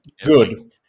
Good